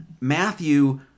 Matthew